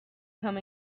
come